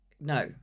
no